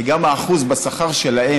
כי גם האחוז שלהם